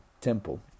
temple